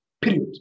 period